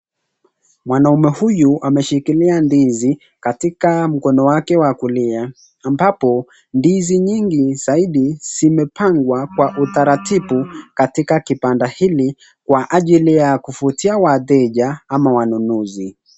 Mwanaume huyu ameshikilia ndizi katika mkono wake wa kulia ambapo ndizi nyingi ni zaidi zimepangwa kwa utaratibu katika kibanda hiki kwa ajili ya kuvutia wateja ama wanunuzi.